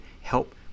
help